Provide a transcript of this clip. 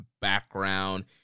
background